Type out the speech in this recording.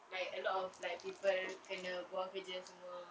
like a lot of like people kena buang kerja semua